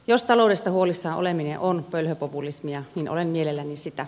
jos taloudesta huolissaan oleminen on pölhöpopulismia niin olen mielelläni sitä